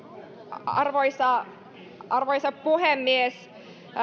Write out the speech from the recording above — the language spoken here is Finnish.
arvoisa arvoisa puhemies